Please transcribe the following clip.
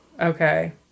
okay